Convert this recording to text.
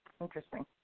Interesting